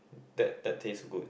that that taste good